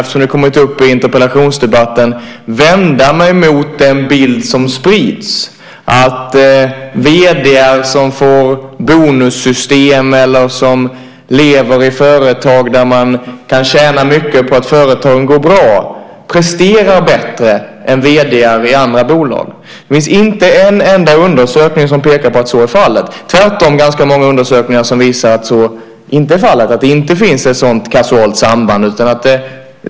Eftersom frågan kommit upp i interpellationsdebatten vill jag vända mig mot den bild som sprids att vd:ar som får bonussystem eller som lever i företag där man kan tjäna mycket på att företagen går bra presterar bättre än vd:ar i andra bolag. Det finns inte en enda undersökning som pekar på att så är fallet. Tvärtom finns det ganska många undersökningar som visar att så inte är fallet och att det inte finns ett sådant kasualt samband.